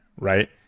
right